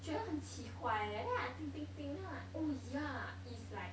觉得很奇怪 eh then I think think think then I like oh yeah it's like